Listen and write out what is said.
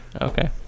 Okay